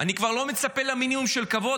אני כבר לא מצפה למינימום של כבוד,